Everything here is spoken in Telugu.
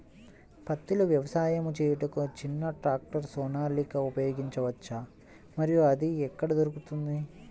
పత్తిలో వ్యవసాయము చేయుటకు చిన్న ట్రాక్టర్ సోనాలిక ఉపయోగించవచ్చా మరియు అది ఎక్కడ దొరుకుతుంది?